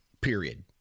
Period